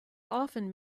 often